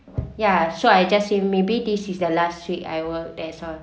ya so I just say maybe this is the last week I will that's what